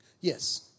Yes